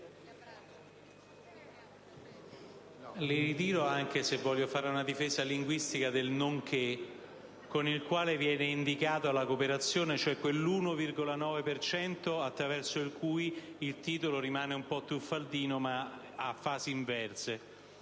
li ritiro, anche se voglio fare una difesa linguistica del "nonché", con il quale viene indicata la cooperazione, cioè quell'1,9 per cento attraverso cui il titolo rimane un po' truffaldino ma a fasi inverse.